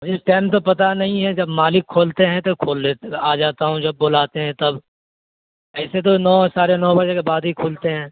مجھے ٹائم تو پتہ نہیں ہے جب مالک کھولتے ہیں تو کھول لیتے آ جاتا ہوں جب بلاتے ہیں تب ایسے تو نو ساڑھے نو بجے کے بعد ہی کھولتے ہیں